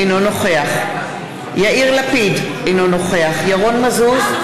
אינו נוכח יאיר לפיד, אינו נוכח ירון מזוז,